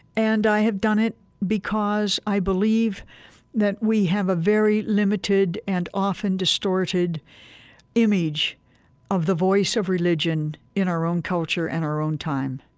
and i have done it because i believe that we have a very limited and often distorted image of the voice of religion in our own culture and our own time.